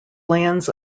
lands